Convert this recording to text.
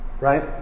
Right